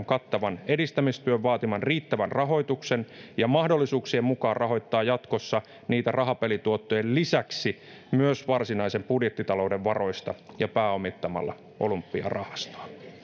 kattavan edistämistyön vaatiman riittävän rahoituksen ja mahdollisuuksien mukaan rahoittaa niitä jatkossa rahapelituottojen lisäksi myös varsinaisen budjettitalouden varoista ja pääomittamalla olympiarahastoa